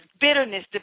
bitterness